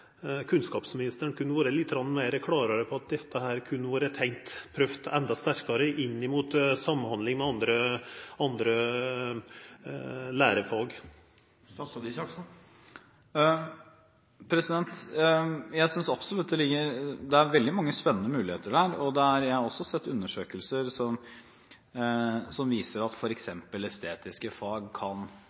kunnskapsministeren kunne vore litt meir klar på om ein kunne tenkt seg at dette vart prøvt enda sterkare i samhandling med andre lærefag. Jeg synes absolutt det er veldig mange spennende muligheter der, og jeg har også sett undersøkelser som viser at f.eks. estetiske fag kan